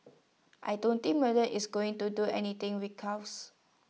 I don't think Mueller is going to do anything